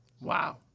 Wow